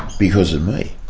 because of me.